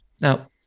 Now